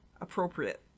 appropriate